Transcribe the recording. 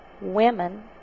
women